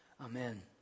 amen